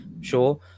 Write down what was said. sure